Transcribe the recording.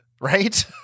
right